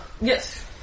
Yes